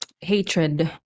hatred